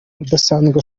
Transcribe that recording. udasanzwe